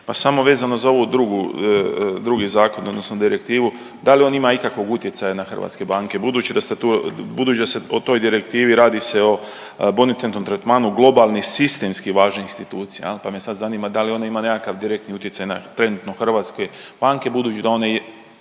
Pa samo vezano za ovu drugu, drugi zakon odnosno direktivu da li on ima ikakvog utjecaja na hrvatske banke budući da se o toj direktivi, radi se o bonitetnom tretmanu globalnih sistemski važnih institucija, pa me sad zanima da li ona ima nekakav direktni utjecaj na trenutno hrvatske banke budući da one